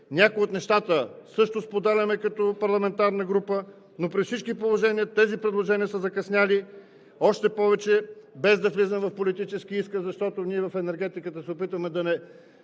Някои от нещата също споделяме като парламентарна група, но при всички положения тези предложения са закъснели. Още повече, без да влизам в политически изказ, защото ние в енергетиката се опитваме да не